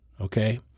okay